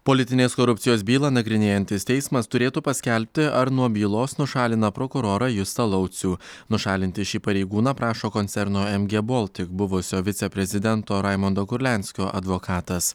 politinės korupcijos bylą nagrinėjantis teismas turėtų paskelbti ar nuo bylos nušalina prokurorą justą laucių nušalinti šį pareigūną prašo koncerno em gie boltik buvusio viceprezidento raimondo kurlianskio advokatas